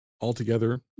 altogether